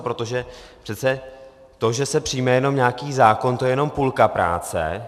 Protože přece to, že se přijme jenom nějaký zákon, to je jenom půlka práce.